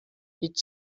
idź